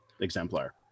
exemplar